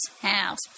house